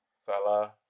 salah